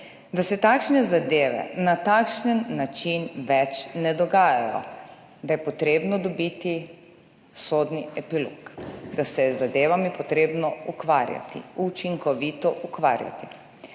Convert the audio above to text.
da se takšne zadeve na takšen način več ne dogajajo, da je potrebno dobiti sodni epilog, da se je z zadevami potrebno ukvarjati, učinkovito ukvarjati.